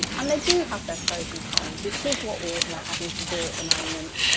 and they do have their pros and cons, it is what we're we're having to do at the moment.